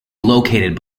located